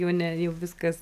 jau ne viskas